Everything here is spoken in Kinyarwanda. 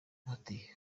ati